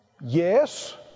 Yes